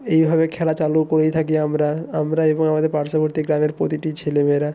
এইভাবে খেলা চালু করেই থাকি আমরা আমরা এবং আমাদের পার্শ্ববর্তী গ্রামে প্রতিটি ছেলে মেয়েরা